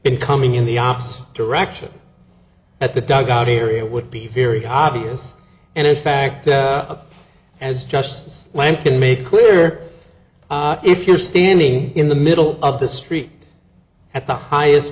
been coming in the opposite direction at the dugout area would be very obvious and in fact i was just lankan made clear if you're standing in the middle of the street at the highest